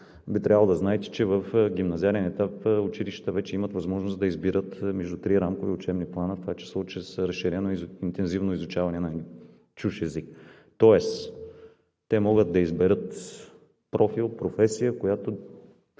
би трябвало да знаете, че в гимназиален етап училищата вече имат възможност да избират между три рамкови учебни плана, в това число чрез интензивно изучаване на чужд език. Тоест те могат да изберат профил, професия, който